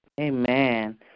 Amen